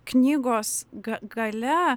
knygos ga gale